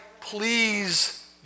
please